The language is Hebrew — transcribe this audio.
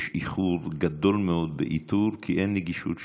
יש איחור גדול מאוד באיתור, כי אין נגישות שם.